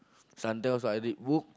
sometimes I read book